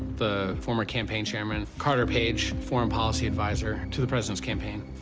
the former campaign chairman, carter page, foreign policy adviser to the president's campaign,